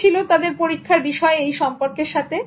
কি ছিল তাদের পরীক্ষা বিষয় এই সম্পর্কের সাথে